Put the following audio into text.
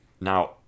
Now